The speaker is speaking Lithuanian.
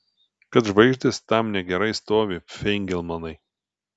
kad žvaigždės tam negerai stovi feigelmanai